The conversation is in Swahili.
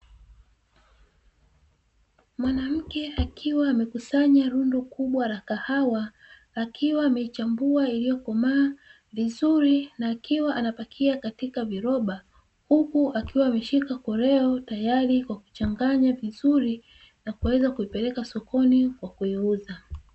Mwanamke akiwa amekusanya rundo kubwa la kahawa akiwa amechambua iliyokomaa vizuri na akiwa anapakia katika viroba, huku akiwa amekashika koleo tayari kwa kuchanganya vizuri na kuweza kuipeleka sokoni kwa kuiuza.